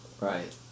Right